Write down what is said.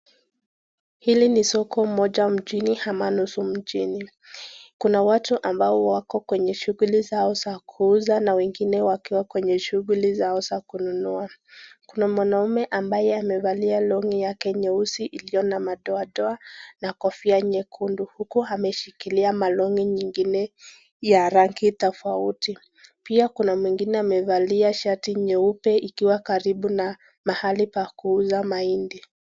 Hili ni soko moja mjini ama nusu mjini. Kuna watu ambao wako kwenye shughuli zao za kuuza na wengine wakiwa kwenye shughuli zao za kununua. Kuna mwanaume ambaye amevalia longi yake nyeusi iliyo na madoadoa na kofia nyekundu. Huku ameshikilia longi nyingine ya rangi tofauti. Pia kuna mwingine amevalia shati nyeupe ikiwa karibu na mahali pa kuuza mahindi.